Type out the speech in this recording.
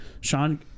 Sean